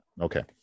Okay